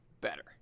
better